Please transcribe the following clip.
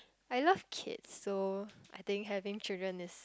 I love kids so I think having children is